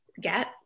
Get